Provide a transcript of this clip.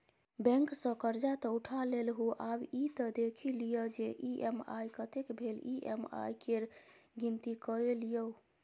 bank सँ करजा तँ उठा लेलहुँ आब ई त देखि लिअ जे ई.एम.आई कतेक भेल ई.एम.आई केर गिनती कए लियौ